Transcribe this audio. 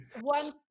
One